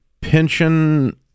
pension